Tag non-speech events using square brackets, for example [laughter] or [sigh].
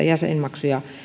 [unintelligible] jäsenmaksujen